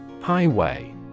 Highway